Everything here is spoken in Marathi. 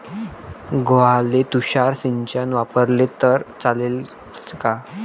गव्हाले तुषार सिंचन वापरले तर चालते का?